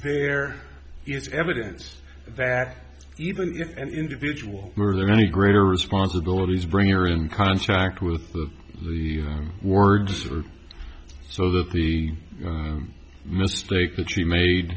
there is evidence that even if an individual were there any greater responsibilities bring her in contact with the words or so that the mistake that she made